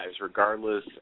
Regardless